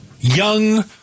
young